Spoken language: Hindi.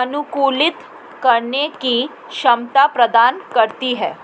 अनुकूलित करने की क्षमता प्रदान करती हैं